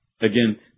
Again